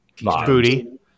booty